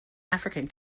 african